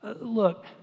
Look